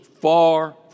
far